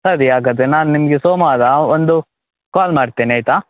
ಸರಿ ಹಾಗಾದ್ರೆ ನಾನು ನಿಮಗೆ ಸೋಮವಾರ ಒಂದು ಕಾಲ್ ಮಾಡ್ತೇನೆ ಆಯಿತಾ